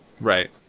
Right